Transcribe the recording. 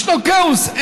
ישנו כאוס.